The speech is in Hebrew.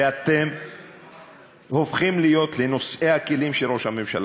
ואתם הופכים להיות לנושאי הכלים של ראש הממשלה.